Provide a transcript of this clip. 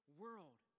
world